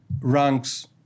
ranks